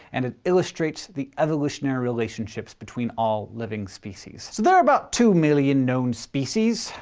and it illustrates the evolutionary relationships between all living species. there are about two million known species,